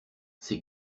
ces